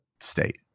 state